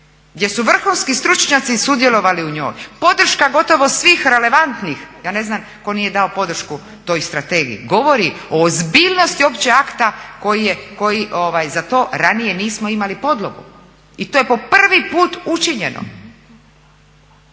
gdje su vrhunski stručnjaci sudjelovali u njoj, podrška gotovo svih relevantnih, ja ne znam tko nije dao podršku toj strategiji, govori o ozbiljnosti uopće akta koji za to ranije nismo imali podlogu. I to je po prvi put učinjeno.